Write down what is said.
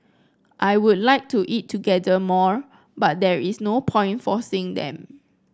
I would like to eat together more but there is no point forcing them